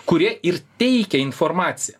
kurie ir teikia informaciją